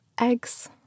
eggs